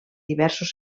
diversos